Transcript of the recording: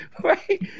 right